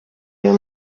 uyu